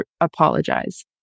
apologize